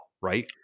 right